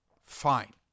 Fine